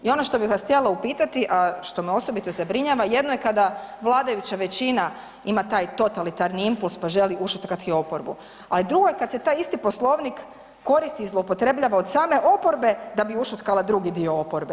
I ono što bih vas htjela upitati, a što me osobito zabrinjava, jedno je kada vladajuća većina ima taj totalitarni impuls, pa želi ušutkati oporbu, ali drugo je kad se taj isti Poslovnik koristi i zloupotrebljava od same oporbe da bi ušutkala drugi dio oporbe.